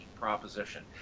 proposition